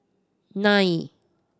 nine